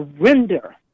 surrender